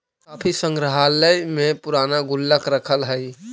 काफी संग्रहालय में पूराना गुल्लक रखल हइ